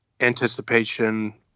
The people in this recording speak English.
anticipation